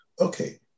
okay